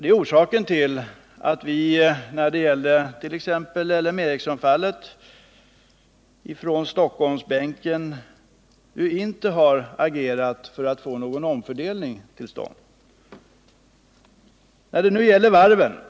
Det är också orsaken till att vi i Stockholmsbänken inte agerade för att få någon omfördelning till stånd när det gällde t.ex. LM Ericsson-fallet.